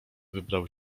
wybrał